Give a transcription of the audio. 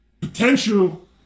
potential